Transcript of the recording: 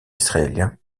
israélien